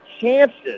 chances